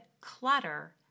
Clutter